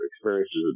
experiences